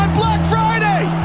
friday